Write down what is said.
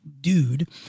dude